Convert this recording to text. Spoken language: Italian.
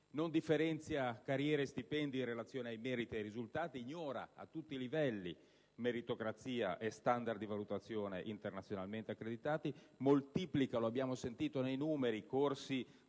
non differenzia carriere e stipendi in relazione ai meriti ed ai risultati; ignora a tutti i livelli meritocrazia e standard di valutazione internazionalmente accreditati; moltiplica - lo abbiamo visto nei numeri - corsi